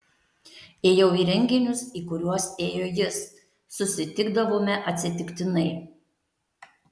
ėjau į renginius į kuriuos ėjo jis susitikdavome atsitiktinai